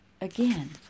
again